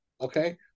okay